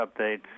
updates